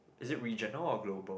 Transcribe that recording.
is it regional or global